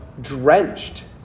drenched